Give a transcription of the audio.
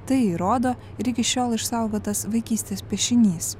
tai rodo ir iki šiol išsaugotas vaikystės piešinys